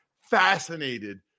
fascinated